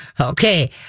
Okay